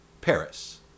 Paris